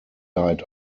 died